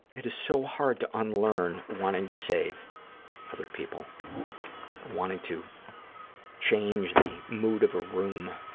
it is so hard to unlearn wanting to save other people or wanting to change the mood of a room,